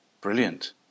Brilliant